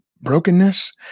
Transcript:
brokenness